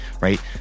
Right